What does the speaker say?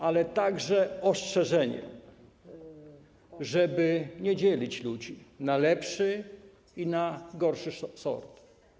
Ale także ostrzeżenie, żeby nie dzielić ludzi na lepszy i na gorszy sort.